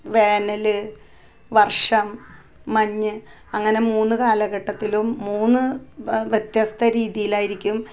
വേനല് വർഷം മഞ്ഞ് അങ്ങനെ മൂന്ന് കാലഘട്ടത്തിലും മൂന്ന് വ്യത്യസ്ത രീതിയിലായിരിക്കും